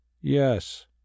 Yes